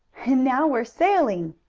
and now we're sailing!